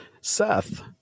Seth